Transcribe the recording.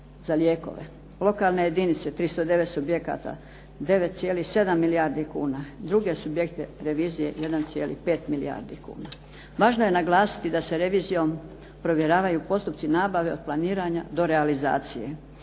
Lokalne jedinice 309 subjekta 9,7 milijardi kuna. Druge subjekte revizije 1,5 milijardi kuna. Važno je naglasiti da se revizijom provjeravaju postupci nabave od planiranja do realizacije.